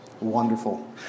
Wonderful